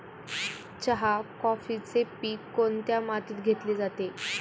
चहा, कॉफीचे पीक कोणत्या मातीत घेतले जाते?